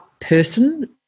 person